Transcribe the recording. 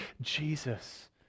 Jesus